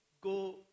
go